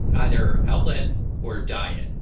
either outlet or diet,